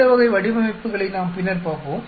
இந்த வகை வடிவமைப்புகளை நாம் பின்னர் பார்ப்போம்